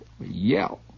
yell